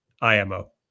IMO